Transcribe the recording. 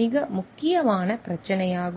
மிக முக்கியமான பிரச்சினையாகும்